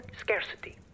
scarcity